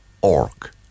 Orc